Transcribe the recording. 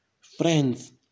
Friends